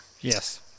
Yes